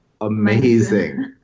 amazing